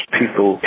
people